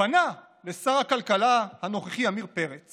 פנה לשר הכלכלה הנוכחי עמיר פרץ